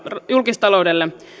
julkistaloudelle